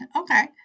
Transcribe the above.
okay